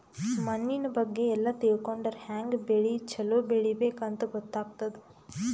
ಮಣ್ಣಿನ್ ಬಗ್ಗೆ ಎಲ್ಲ ತಿಳ್ಕೊಂಡರ್ ಹ್ಯಾಂಗ್ ಬೆಳಿ ಛಲೋ ಬೆಳಿಬೇಕ್ ಅಂತ್ ಗೊತ್ತಾಗ್ತದ್